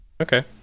Okay